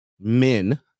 men